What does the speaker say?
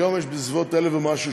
היום יש בסביבות 1,000 ומשהו,